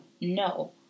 No